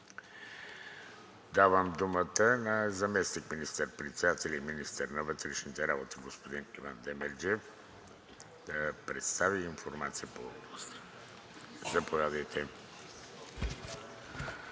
Давам думата на заместник министър-председателя и министър на вътрешните работи господин Иван Демерджиев да представи информация по въпроса. Заповядайте,